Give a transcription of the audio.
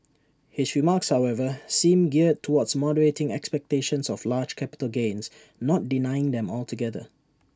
his remarks however seem geared towards moderating expectations of large capital gains not denying them altogether